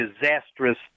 disastrous